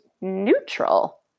neutral